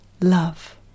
love